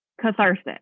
catharsis